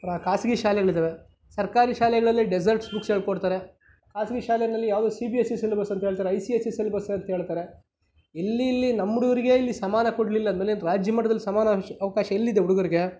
ಖಾಸಗಿ ಶಾಲೆಗಳು ಇದ್ದಾವೆ ಸರ್ಕಾರಿ ಶಾಲೆಗಳಲ್ಲಿ ಡೆಝರ್ಟ್ ಬುಕ್ಸ್ ಹೇಳ್ಕೊಡ್ತಾರೆ ಖಾಸಗಿ ಶಾಲೆಗಳಲ್ಲಿ ಯಾವುದೋ C B S C syllabus ಅಂತ ಹೇಳ್ತಾರೆ I C I C syllabus ಅಂತ ಹೇಳ್ತಾರೆ ಇಲ್ಲಿಲ್ಲಿ ನಮ್ಮ ಹುಡುಗರಿಗೆ ಸಮಾನ ಕೊಡಲಿಲ್ಲ ಅಂದಮೇಲೆ ರಾಜ್ಯ ಮಟ್ಟದಲ್ಲಿ ಸಮಾನ ಅವಕಾಶ ಎಲ್ಲಿದೆ ಹುಡುಗರಿಗೆ